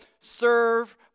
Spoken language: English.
serve